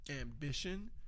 ambition